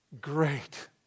great